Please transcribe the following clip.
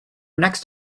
next